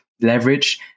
leverage